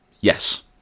Yes